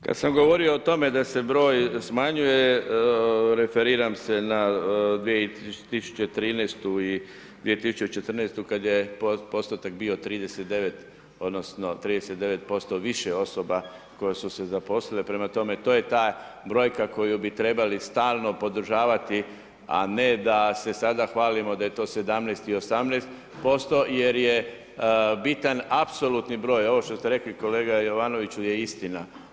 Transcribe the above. Kad sam govorio o tome da se broj smanjuje, referiram se na 2013. i 2014. kad je postotak bio 39, odnosno 39% više osoba koje su se zaposlile, prema tome to je ta brojka koju bi trebali stalno podržavati, a ne da se sada hvalimo da je to 17 i 18% jer je bitan apsolutni broj, ovo što ste rekli kolega Jovanoviću je istina.